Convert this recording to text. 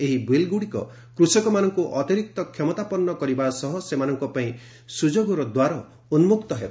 ଏହି ବିଲ୍ଗୁଡ଼ିକ କୃଷକମାନଙ୍କୁ ଅତିରିକ୍ତ କ୍ଷମତାପନ୍ନ କରିବା ସହ ସେମାନଙ୍କ ପାଇଁ ସୁଯୋଗର ଦ୍ୱାର ଖୋଲିଦେବ